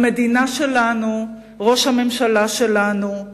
המדינה שלנו, ראש הממשלה שלנו.